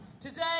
Today